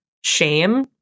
shame